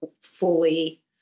fully